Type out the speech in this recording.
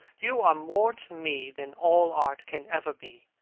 you are more to me than all art can ever be.